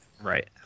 Right